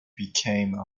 became